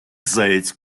заяць